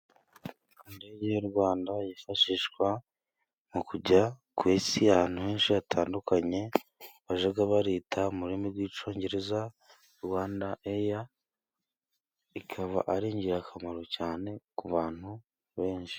Indege y'u rwanda, yifashishwa mu kujya ku isi, ahantu henshi hatandukanye, bajaga ba rita m'ururimi rw'icyongereza, Rwanda eya, ikaba ari ingirakamaro cyane ku bantu benshi.